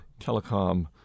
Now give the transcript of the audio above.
telecom